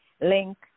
link